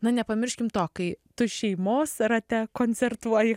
na nepamirškim to kai tu šeimos rate koncertuoji